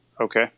Okay